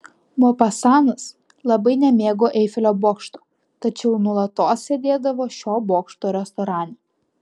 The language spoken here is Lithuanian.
mopasanas labai nemėgo eifelio bokšto tačiau nuolatos sėdėdavo šio bokšto restorane